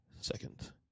second